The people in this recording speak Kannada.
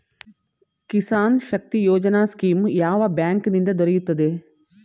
ಕಿಸಾನ್ ಶಕ್ತಿ ಯೋಜನಾ ಸ್ಕೀಮ್ ಯಾವ ಬ್ಯಾಂಕ್ ನಿಂದ ದೊರೆಯುತ್ತದೆ?